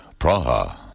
Praha